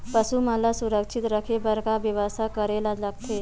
पशु मन ल सुरक्षित रखे बर का बेवस्था करेला लगथे?